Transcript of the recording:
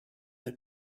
that